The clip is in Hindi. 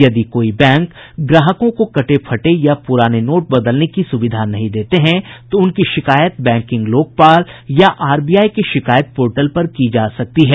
यदि कोई बैंक ग्राहकों को कटे फटे या पुराने नोट बदलने की सुविधा नहीं देते हैं तो उनकी शिकायत बैंकिंग लोकपाल या आरबीआई के शिकायत पोर्टल पर की जा सकती है